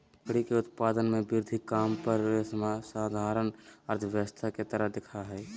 लकड़ी के उत्पादन में वृद्धि काम पर साधारण अर्थशास्त्र के तरह दिखा हइ